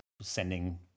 sending